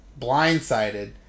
blindsided